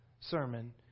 sermon